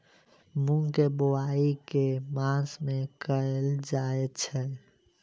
मूँग केँ बोवाई केँ मास मे कैल जाएँ छैय?